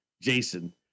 Jason